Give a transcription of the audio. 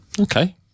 okay